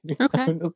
Okay